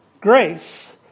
grace